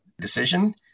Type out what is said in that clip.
decision